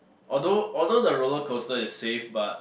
although although the roller coaster is safe but